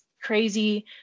crazy